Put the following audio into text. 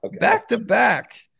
Back-to-back